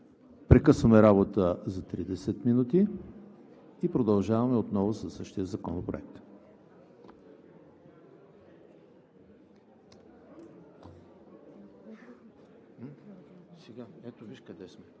Прекъсваме работа за 30 минути и продължаваме отново със същия Законопроект. (След почивката.)